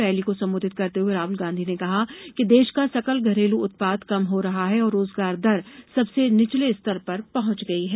rally को संबोधित करते हुए राहल गांधी ने कहा कि देश का सकल घरेलू उत्पामद कम हो रहा है और रोजगार दर सबसे निचले स्तोर पर पहुंच गई है